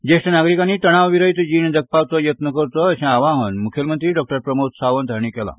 ज्येश्ठ नागरिकांनी तणाव विरयत जीण जगपाचो यत्न करचो अशें आवाहन मुखेलमंत्री प्रमोद सावंत हांणी केलां